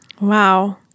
Wow